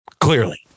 Clearly